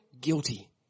guilty